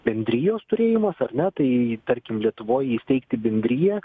bendrijos turėjimas ar ne tai tarkim lietuvoj įsteigti bendriją